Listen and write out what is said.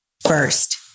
First